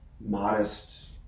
modest